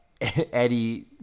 Eddie